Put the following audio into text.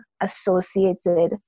associated